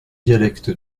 dialecte